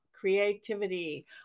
creativity